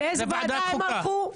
לאיזו ועדה הם הלכו?